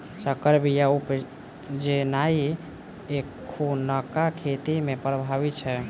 सँकर बीया उपजेनाइ एखुनका खेती मे प्रभावी छै